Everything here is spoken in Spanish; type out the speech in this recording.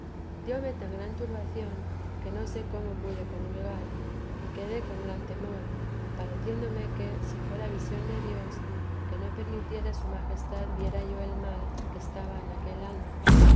dióme tan gran turbación que no sé cómo pude comulgar y quedé con gran temor pareciéndome que si fuera visión de dios que no permitiera su majestad viera yo el mal que estaba en aquel alma